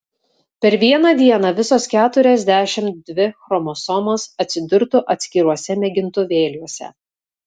per vieną dieną visos keturiasdešimt dvi chromosomos atsidurtų atskiruose mėgintuvėliuose